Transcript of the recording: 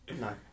No